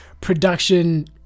Production